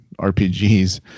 rpgs